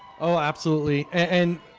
oh, absolutely and